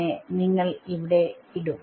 നെ നിങ്ങൾ എവിടെ ഇടും